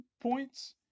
points